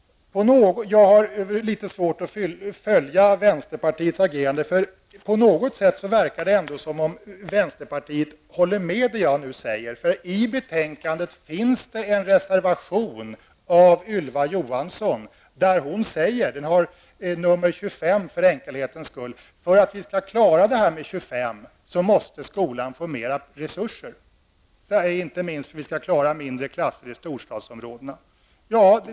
Det är litet svårt att följa vänsterpartiets agerande. På något sätt verkar det ändå som om vänsterpartiet håller med om det jag nu säger. I där hon säger att för att vi skall klara klasser med högst 25 elever måste skolan få mera resurser. Det gäller inte minst om vi skall klara av att ha mindre klasser i storstadsområdena.